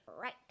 right